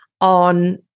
on